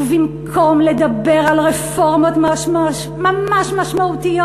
ובמקום לדבר על רפורמות ממש משמעותיות,